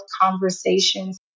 conversations